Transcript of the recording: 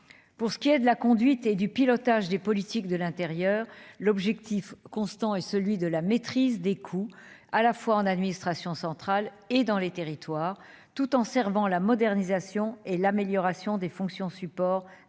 pour ce qui est de la conduite, et du pilotage des politiques de l'intérieur, l'objectif constant et celui de la maîtrise des coûts, à la fois en administration centrale et dans les territoires tout en servant la modernisation et l'amélioration des fonctions support indispensable